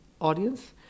audience